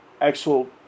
actual